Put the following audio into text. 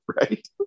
Right